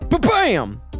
bam